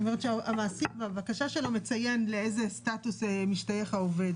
זאת אומרת שהמעסיק מציין לאיזה סטטוס משתייך העובד,